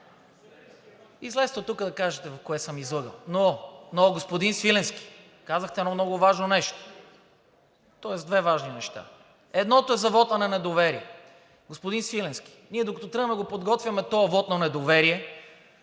Излезте оттук да кажете в кое съм излъгал. Но, господин Свиленски, казахте едно много важно нещо, тоест две важни неща. Едното е за вота на недоверие. Господин Свиленски, ние, докато тръгнем да го подготвяме този вот на недоверие,